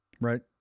Right